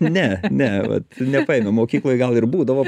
ne ne vat nepaėmė mokykloj gal ir būdavo